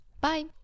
Bye